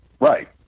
Right